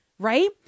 right